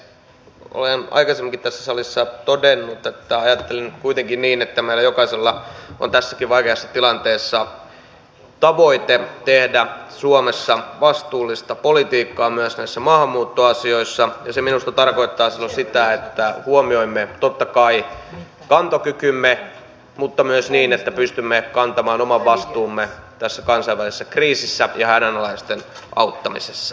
olen aikaisemminkin tässä salissa todennut että ajattelen nyt kuitenkin niin että meillä jokaisella on tässäkin vaikeassa tilanteessa tavoite tehdä suomessa vastuullista politiikkaa myös näissä maahanmuuttoasioissa ja se minusta tarkoittaa silloin sitä että huomioimme totta kai kantokykymme mutta myös niin että pystymme kantamaan oman vastuumme tässä kansainvälisessä kriisissä ja hädänalaisten auttamisessa